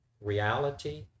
reality